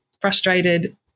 frustrated